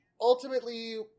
ultimately